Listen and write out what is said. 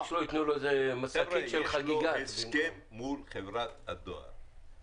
יש לו הסכם מול חברת הדואר.